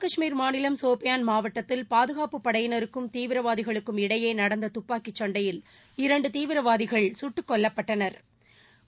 காஷ்மீர் மாநிலம் சோஃபியான் மாவட்டத்தில் பாதுகாப்புப் படையினருக்கும் ஐம்மு தீவிரவாதிகளுக்கும் இடையே நடந்த துப்பாக்கிச் சண்டையில் இரண்டு தீவிரவாதிகள் சுட்டுக்கொல்லப்பட்டாா்கள்